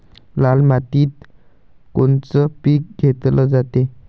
लाल मातीत कोनचं पीक घेतलं जाते?